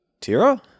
Tira